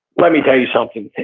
let me tell you something,